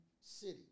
city